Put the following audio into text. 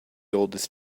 oldest